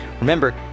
Remember